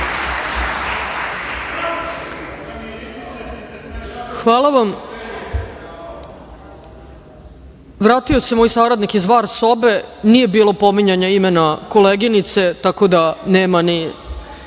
Hvala vam. Vratio se moj saradnik iz VAR sobe. Nije bilo pominjanja koleginice, tako da nema ni